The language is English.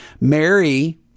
mary